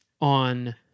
on